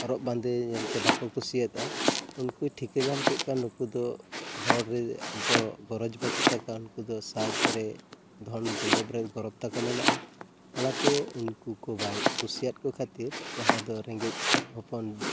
ᱦᱚᱨᱚᱜ ᱵᱟᱸᱫᱮ ᱧᱮᱞᱛᱮ ᱵᱟᱠᱚ ᱡᱩᱥᱤᱭᱟᱫᱼᱟ ᱩᱱᱠᱩᱭ ᱴᱷᱤᱠᱟᱹ ᱧᱟᱢ ᱠᱮᱫ ᱠᱚᱣᱟ ᱱᱩᱠᱩ ᱫᱚ ᱦᱚᱲ ᱨᱮ ᱫᱚ ᱜᱚᱨᱚᱡᱽ ᱵᱟᱪᱩᱜ ᱛᱟᱠᱚᱣᱟ ᱱᱩᱠᱩ ᱫᱚ ᱥᱟᱡᱽᱨᱮ ᱫᱷᱚᱱ ᱫᱳᱣᱞᱚᱛᱨᱮ ᱜᱚᱨᱚᱵᱽ ᱛᱟᱠᱚ ᱢᱮᱱᱟᱜᱼᱟ ᱚᱱᱟᱛᱮ ᱩᱱᱠᱩ ᱠᱚ ᱵᱟᱭ ᱠᱩᱥᱤᱭᱟᱫ ᱠᱚ ᱠᱷᱟᱛᱤᱨ ᱡᱟᱦᱟᱸ ᱫᱚ ᱨᱮᱸᱜᱮᱡ ᱦᱚᱯᱚᱱ